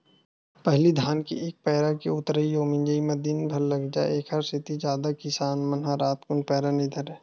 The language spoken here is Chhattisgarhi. पहिली धान के एक पैर के ऊतरई अउ मिजई म दिनभर लाग जाय ऐखरे सेती जादा किसान मन ह रातकुन पैरा नई धरय